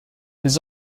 his